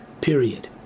Period